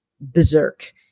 berserk